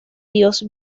dios